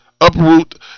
Uproot